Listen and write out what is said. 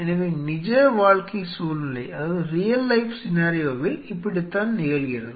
எனவே நிஜ வாழ்க்கைச் சூழ்நிலையில் இப்படித்தான் நிகழ்கிறது